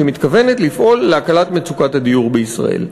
שהיא מתכוונת לפעול להקלת מצוקת הדיור בישראל.